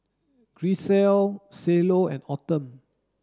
Grisel Cielo and Autumn